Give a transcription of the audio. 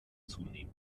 zunehmend